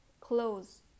Clothes